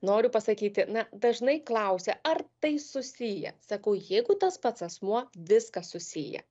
noriu pasakyti na dažnai klausia ar tai susiję sakau jeigu tas pats asmuo viskas susiję